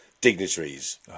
dignitaries